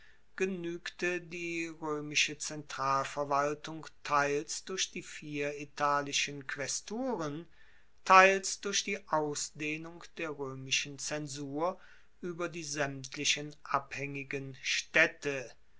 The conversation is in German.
genuegte die roemische zentralverwaltung teils durch die vier italischen quaesturen teils durch die ausdehnung der roemischen zensur ueber die saemtlichen abhaengigen staedte